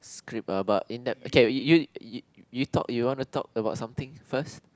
script about in depth okay you you talk you want to talk about something first